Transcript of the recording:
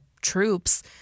Troops